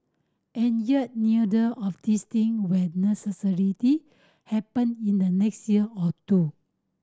and yet neither the of these thing will necessarily happen in the next year or two